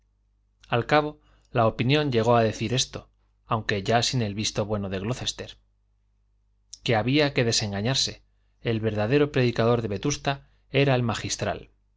al cabo la opinión llegó a decir esto aunque ya sin el visto bueno de glocester que había que desengañarse el verdadero predicador de vetusta era el magistral